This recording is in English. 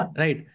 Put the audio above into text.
right